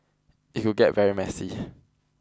it could get very messy